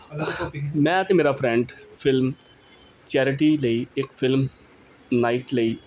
ਮੈਂ ਅਤੇ ਮੇਰਾ ਫਰੈਂਡ ਫਿਲਮ ਚੈਰਿਟੀ ਲਈ ਇੱਕ ਫਿਲਮ ਨਾਈਟ ਲਈ